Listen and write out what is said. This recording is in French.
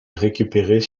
récupérées